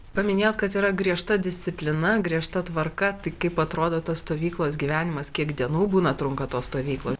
paminėjot kad yra griežta disciplina griežta tvarka tai kaip atrodo tas stovyklos gyvenimas kiek dienų būna trunka tos stovyklo